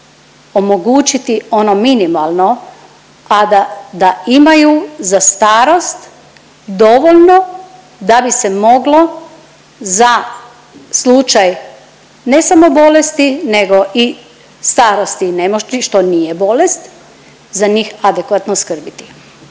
omogućiti ono minimalno, a da imaju za starost dovoljno da bi se moglo za slučaj ne samo bolesti nego i starosti, što nije bolest, za njih adekvatno skrbiti.